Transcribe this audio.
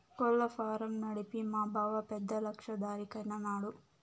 కోళ్ల ఫారం నడిపి మా బావ పెద్ద లక్షాధికారైన నాడు